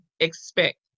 expect